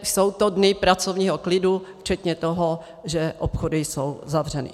jsou to dny pracovního klidu včetně toho, že obchody jsou zavřeny.